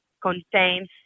contains